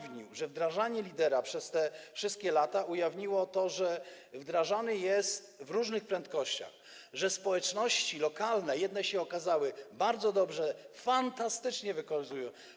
Wdrażanie lidera przez te wszystkie lata ujawniło, że wdrażany on jest w różnych prędkościach, że jedne społeczności lokalne, jak się okazało, bardzo dobrze, fantastycznie to wykorzystują.